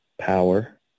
Power